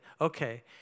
okay